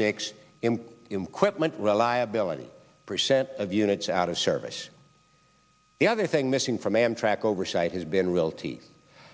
in quick meant reliable any percent of units out of service the other thing missing from amtrak oversight has been realty